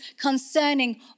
concerning